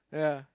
yeah